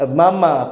mama